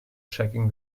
checking